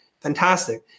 fantastic